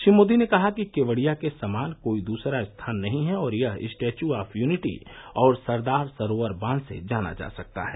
श्री मोदी ने कहा कि केवड़िया के समान कोई दूसरा स्थान नहीं है और यह स्टैच्यू ऑफ यूनिटी और सरदार सरोवर बांध से जाना जा सकता है